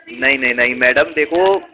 नहीं नहीं नहीं मैडम देखो